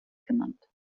genannt